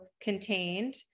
contained